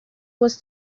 was